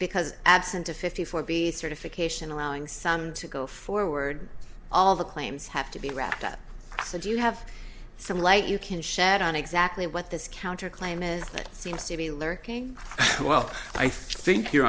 because absent a fifty four b certification allowing son to go forward all the claims have to be wrapped up so do you have some light you can shed on exactly what this counter claim is that seems to be lurking well i think your